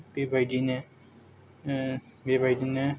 बेबायदिनो बेबायदिनो